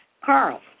Carl